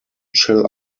chill